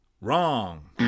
wrong